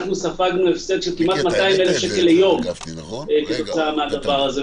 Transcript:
אנחנו ספגנו הפסד של כמעט 200,000 שקל ליום כתוצאה מהדבר הזה.